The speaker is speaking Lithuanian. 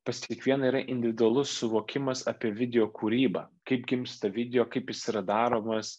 pas kiekvieną yra individualus suvokimas apie video kūrybą kaip gimsta video kaip jis yra daromas